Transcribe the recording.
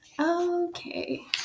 Okay